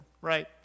right